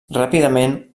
ràpidament